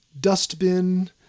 Dustbin